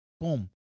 Boom